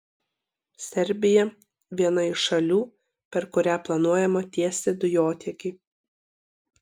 serbija viena iš šalių per kurią planuojama tiesti dujotiekį